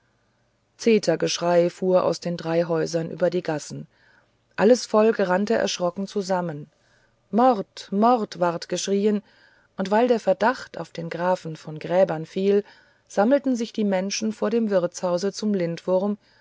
zetergeschrei fuhr aus den drei häusern über die gassen alles volk rannte erschrocken zusammen mord mord ward geschrien und weil der verdacht auf den grafen von gräbern fiel sammelten sich die menschen vor dem wirtshause zum lindwurm